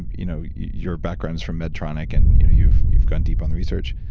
and you know your background is from medtronic and you've you've gone deep on the research,